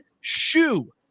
shoe